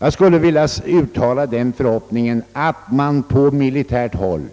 Man har rätt att hoppas att på militärt håll